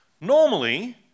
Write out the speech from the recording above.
Normally